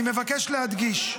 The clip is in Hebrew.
אני מבקש להדגיש: